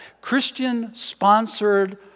Christian-sponsored